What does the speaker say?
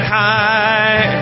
high